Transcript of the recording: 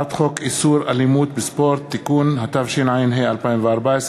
בעד, 14,